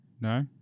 No